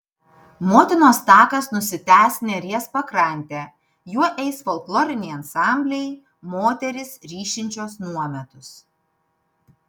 motinos takas nusitęs neries pakrante juo eis folkloriniai ansambliai moterys ryšinčios nuometus